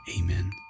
Amen